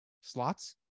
slots